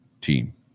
team